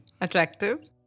Attractive